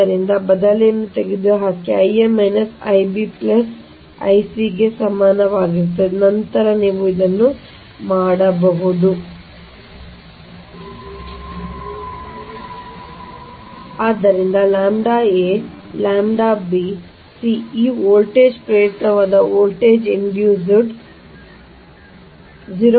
ಆದ್ದರಿಂದ ಬದಲಿಯನ್ನು ತೆಗೆದುಹಾಕಿ Ia Ib I c ಗೆ ಸಮನಾಗಿರುತ್ತದೆ ನಂತರ ನೀವು ಇದನ್ನು ಮಾಡಿ ಆದ್ದರಿಂದ ಇದು ʎa ʎb c ಈಗ ವೋಲ್ಟೇಜ್ ಪ್ರೇರಿತವಾದ ವೋಲ್ಟೇಜ್ ಇಂಡ್ಯೂಸ್ಡ್ ʎ v a ನಿಮ್ಮ jΩ ಗೆ 0